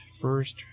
first